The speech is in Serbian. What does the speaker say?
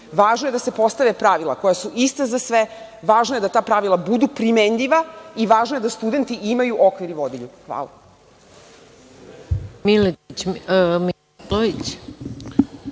Važno je da se postave pravila koja su ista za sve, važno je da ta pravila budu primenjiva i važno je da studenti imaju okvir i vodilju. Hvala.